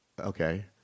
Okay